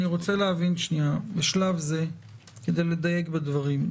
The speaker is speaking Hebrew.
אני רוצה להבין שנייה בשלב זה כדי לדייק בדברים.